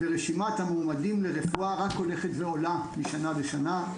ורשימת המועמדים לרפואה רק הולכת ועולה משנה לשנה.